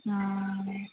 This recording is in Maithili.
हँ